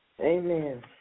Amen